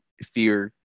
fear